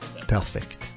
Perfect